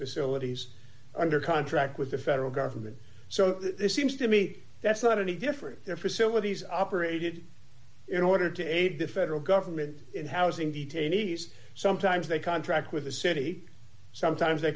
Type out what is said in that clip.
facilities under contract with the federal government so this seems to me that's not any different than facilities operated in order to aid the federal government in housing detainees sometimes they contract with the city sometimes they